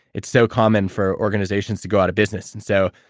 it's so common for organizations to go out of business. and so,